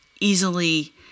easily